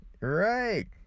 right